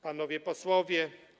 Panowie Posłowie!